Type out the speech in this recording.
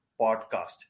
podcast